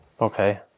Okay